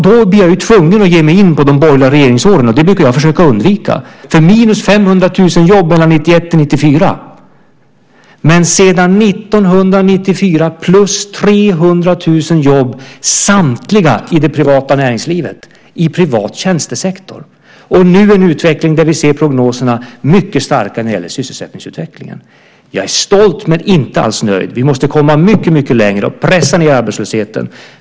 Då blir jag ju tvungen att ge mig in på de borgerliga regeringsåren - det brukar jag försöka undvika - för det var minus 500 000 jobb 1991-1994. Men sedan 1994 är det plus 300 000 jobb, samtliga i det privata näringslivet, i privat tjänstesektor. Och nu har vi en utveckling där vi ser mycket starka prognoser när det gäller sysselsättningsutvecklingen. Jag är stolt men inte alls nöjd. Vi måste komma mycket, mycket längre och pressa ned arbetslösheten.